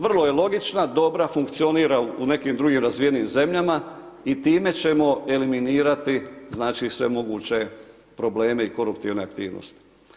Vrlo je logična, dobra, funkcionira u nekim drugim razvijenim zemljama i time ćemo eliminirati znači sve moguće probleme i koruptivne aktivnosti.